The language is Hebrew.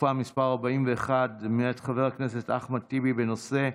דחופה מס' 41, מאת חבר הכנסת אחמד טיבי, בנושא: